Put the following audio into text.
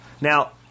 Now